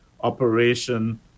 Operation